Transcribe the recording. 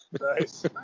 Nice